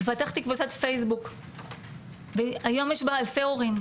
ופתחתי קבוצת פייסבוק והיום יש בה אלפי הורים,